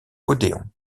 odéon